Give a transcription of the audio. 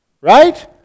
Right